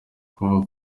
kuva